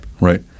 Right